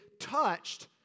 touched